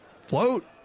float